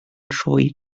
troi